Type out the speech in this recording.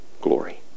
glory